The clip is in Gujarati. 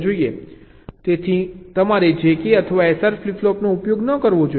તેથી તમારે JK અથવા SR ફ્લિપ ફ્લોપનો ઉપયોગ ન કરવો જોઈએ